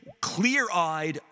clear-eyed